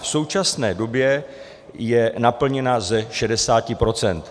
V současné době je naplněna ze 60 %.